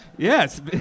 Yes